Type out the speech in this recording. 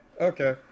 okay